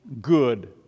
good